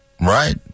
Right